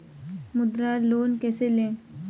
मुद्रा लोन कैसे ले?